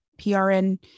PRN